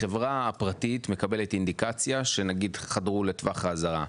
החברה הפרטית מקבל אינדיקציה שנגיד חדרו לטווח האזהרה.